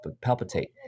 palpitate